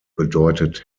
bedeutet